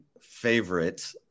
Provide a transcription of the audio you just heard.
favorite